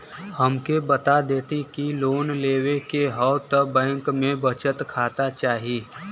हमके बता देती की लोन लेवे के हव त बैंक में बचत खाता चाही?